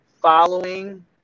following